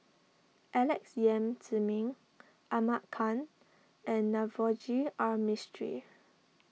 Alex Yam Ziming Ahmad Khan and Navroji R Mistri